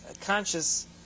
conscious